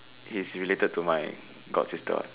he's related to my good sister